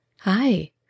Hi